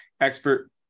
Expert